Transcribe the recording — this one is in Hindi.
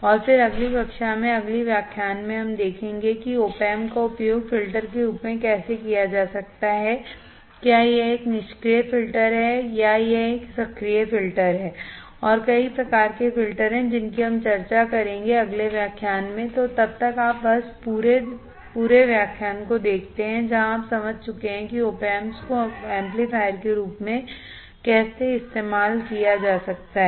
और फिर अगली कक्षा में अगले व्याख्यान में हम देखेंगे कि opams का उपयोग फिल्टर के रूप में कैसे किया जा सकता है क्या यह एक निष्क्रिय फिल्टर है या यह एक सक्रिय फिल्टर है और कई प्रकार के फिल्टर हैं जिनकी हम चर्चा करेंगे अगले व्याख्यान में तो तब तक आप बस पूरे व्याख्यान को देखते हैं जहां आप समझ चुके हैं कि opamps को एम्पलीफायर के रूप में कैसे इस्तेमाल किया जा सकता है